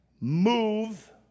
move